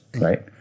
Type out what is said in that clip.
right